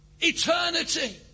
Eternity